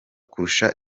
kurusha